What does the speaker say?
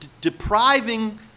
depriving